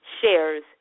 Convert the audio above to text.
shares